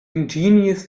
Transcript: ingenious